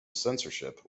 censorship